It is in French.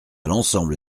l’ensemble